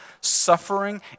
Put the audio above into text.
Suffering